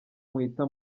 muhita